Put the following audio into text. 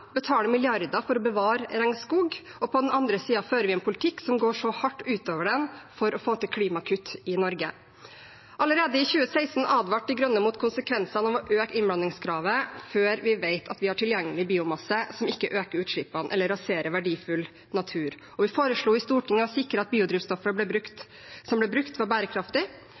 betaler milliarder for å bevare regnskog, og på den andre siden fører en politikk som går så hardt ut over den, for å få til klimakutt i Norge. Allerede i 2016 advarte De Grønne mot konsekvensene av å øke innblandingskravet før vi vet at vi har tilgjengelig biomasse som ikke øker utslippene eller raserer verdifull natur. Vi foreslo i Stortinget å sikre at biodrivstoffet som ble brukt, var bærekraftig.